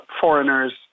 foreigners